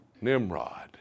Nimrod